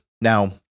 Now